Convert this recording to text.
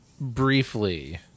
briefly